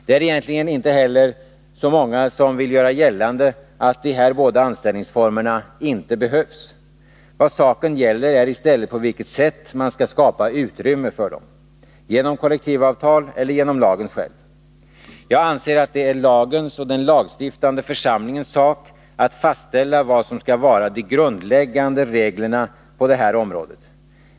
— Det är egentligen inte heller så många som vill göra gällande att de här båda anställningsformerna inte behövs. Vad saken gäller är i stället på vilket sätt man skall skapa utrymmet för dem, genom kollektivavtal eller genom lagen själv. Jag anser att det är lagens och den lagstiftande församlingens sak att fastställa vad som skall vara de grundläggande reglerna på det här området.